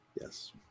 Yes